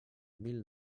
mil